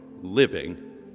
living